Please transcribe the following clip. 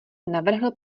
navrhl